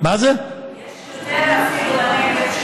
יש יותר, אפילו, בנגב,